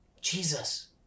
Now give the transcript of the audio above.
Jesus